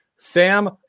Sam